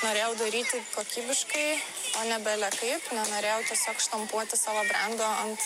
norėjau daryti kokybiškai o ne belekaip nenorėjau tiesiog štampuoti savo brendo ant